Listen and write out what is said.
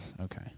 Okay